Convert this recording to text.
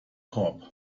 korb